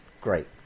Great